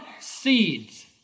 seeds